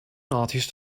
artist